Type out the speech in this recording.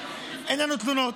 אין לנו תלונות.